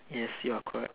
yes you're correct